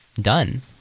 Done